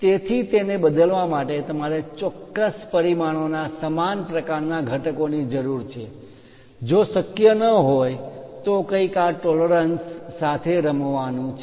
તેથી તેને બદલવા માટે તમારે ચોક્કસ પરિમાણો ના સમાન પ્રકારના ઘટકો ની જરૂર છે જો શક્ય ન હોય તો કંઈક આ ટોલરન્સ પરિમાણ માં માન્ય તફાવત સાથે રમવાનું છે